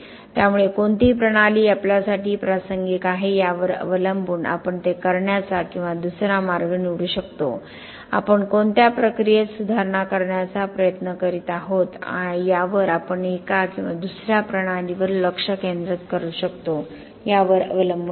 त्यामुळे कोणती प्रणाली आपल्यासाठी प्रासंगिक आहे यावर अवलंबून आपण ते करण्याचा किंवा दुसरा मार्ग निवडू शकतो आपण कोणत्या प्रक्रियेत सुधारणा करण्याचा प्रयत्न करीत आहोत यावर आपण एका किंवा दुसर्या प्रणालीवर लक्ष केंद्रित करू शकतो यावर अवलंबून आहे